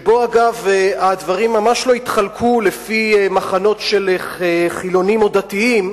שאגב הדברים שבו ממש לא התחלקו לפי מחנות של חילונים או דתיים,